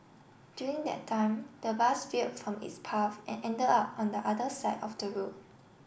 during that time the bus veered from its path and ended up on the other side of the road